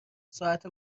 ساعت